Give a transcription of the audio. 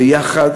ביחד,